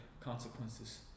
consequences